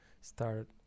start